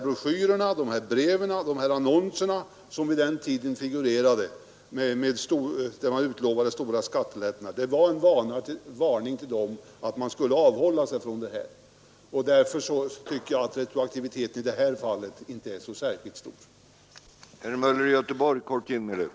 Men det gör ändå inte argumentationen tillräckligt god. Pressmeddelanden om avsedd lagstiftning kan inte ersätta lagstiftning, och därför föreligger här ett retroaktivt inslag.